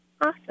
Awesome